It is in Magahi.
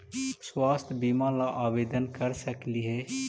स्वास्थ्य बीमा ला आवेदन कर सकली हे?